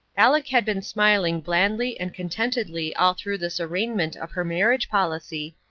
aleck had been smiling blandly and contentedly all through this arraignment of her marriage policy,